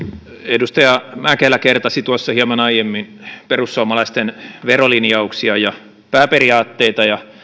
edustaja mäkelä kertasi tuossa hieman aiemmin perussuomalaisten verolinjauksia ja pääperiaatteita ja